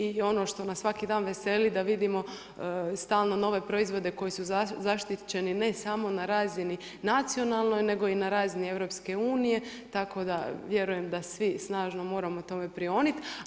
I ono što nas svaki dana veseli da vidimo stalno nove proizvode koji su zaštićeni ne samo na razini nacionalnoj nego i na razini EU, tako da vjerujem da svi snažno moramo tome prionuti.